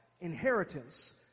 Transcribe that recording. inheritance